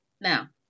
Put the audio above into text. Now